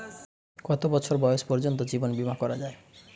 কত বছর বয়স পর্জন্ত জীবন বিমা করা য়ায়?